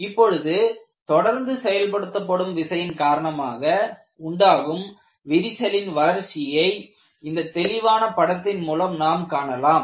இப்பொழுது தொடர்ந்து செயல்படுத்தப்படும் விசையின் காரணமாக உண்டாகும் விரிசலின் வளர்ச்சியை இந்த தெளிவான படத்தின் மூலம் நாம் காணலாம்